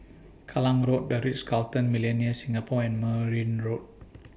Kallang Road Ritz Carlton Millenia Singapore and Merryn Road